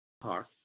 Park